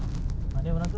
dua belas saja